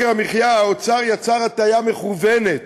האוצר יצר הטעיה מכוונת